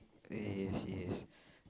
yes yes